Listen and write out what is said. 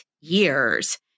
years